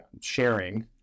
sharing